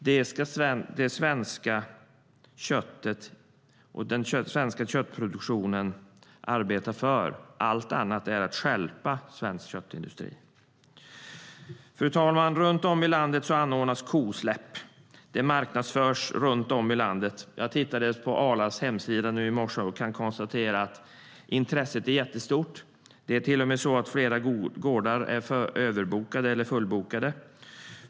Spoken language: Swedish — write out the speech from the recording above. Det ska den svenska köttproduktionen arbeta för; allt annat är att stjälpa svensk köttindustri. Fru talman! Runt om i landet anordnas kosläpp. Det marknadsförs i hela landet. Jag tittade på Arlas hemsida nu i morse och kan konstatera att intresset är jättestort. Det är till och med så att flera gårdar är överbokade eller fullbokade.